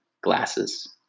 glasses